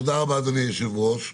תודה רבה, אדוני היושב ראש,